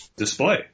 display